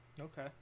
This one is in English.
Okay